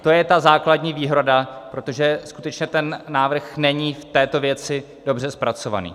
To je ta základní výhrada, protože skutečně ten návrh není v této věci dobře zpracovaný.